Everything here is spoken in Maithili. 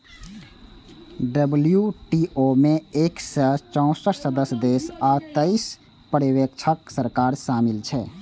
डब्ल्यू.टी.ओ मे एक सय चौंसठ सदस्य देश आ तेइस पर्यवेक्षक सरकार शामिल छै